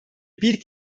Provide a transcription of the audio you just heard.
bir